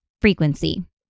frequency